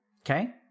Okay